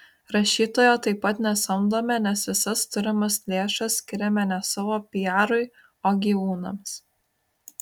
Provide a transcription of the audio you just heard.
rašytojo taip pat nesamdome nes visas turimas lėšas skiriame ne savo piarui o gyvūnams